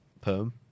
perm